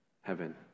heaven